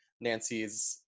Nancy's